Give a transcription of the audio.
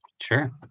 Sure